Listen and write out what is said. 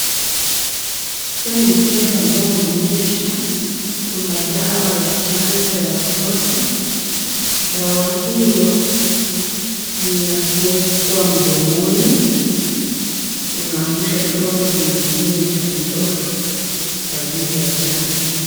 Huu ni mkebe ambao unaonyesha kuna dawa ya chanjo ya watoto. Dawa hiyo ni ya kuwekwa mdomoni, unaangusha tone kwenye kinywa cha mtoto kwa ajili ya chanjo.